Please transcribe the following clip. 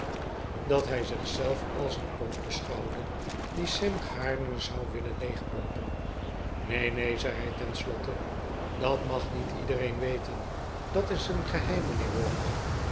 dat hij zich zelf als een pomp beschouwde die sam gaarne zou willen leegpompen neen neen zei hij ten siotte dat mag niet iedereen weten dat is een geheim mijnheer walker